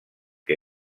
que